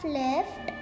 left